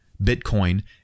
Bitcoin